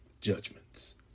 judgments